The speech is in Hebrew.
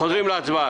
אנחנו עוברים להצבעה.